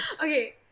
okay